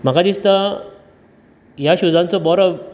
म्हाका दिसता ह्या शुजांचो बोरो